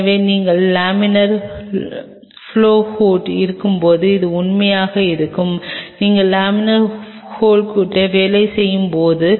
எனவே நீங்கள் laminar flow ஹூட்டில் இருக்கும்போது இது உண்மையாக இருக்கும் நீங்கள் லேமினார் ப்லொவ் ஹூட்டை வேலை செய்யும் போதும்